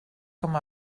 com